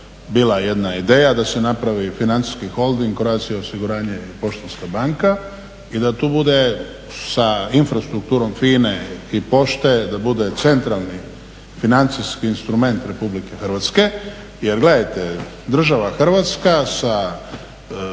bila jedna ideja da se napravi financijski holding Croatia osiguranje i Poštanska banka i da tu bude sa infrastrukturom FINA-e i Pošte da bude centralni financijski instrument RH. Jer gledajte, država Hrvatska sa